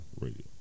Radio